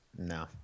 No